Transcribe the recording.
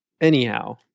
anyhow